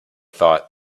thought